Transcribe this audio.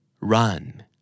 Run